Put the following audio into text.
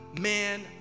man